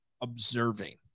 observing